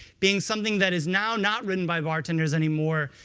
being something that is now not written by bartenders anymore.